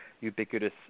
ubiquitous